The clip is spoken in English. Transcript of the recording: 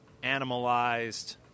animalized